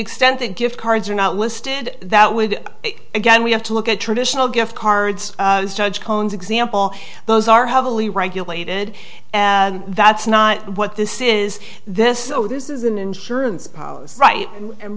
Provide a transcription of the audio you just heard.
extent that gift cards are not listed that would again we have to look at traditional gift cards judge cohn's example those are heavily regulated and that's not what this is this this is an insurance policy right and